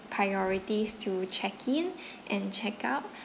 priorities to check in and check out